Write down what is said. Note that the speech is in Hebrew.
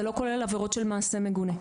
זה לא כולל עבירות של מעשה מגונה.